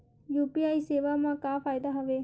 UPI सेवा मा का फ़ायदा हवे?